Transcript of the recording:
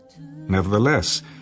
Nevertheless